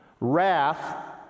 wrath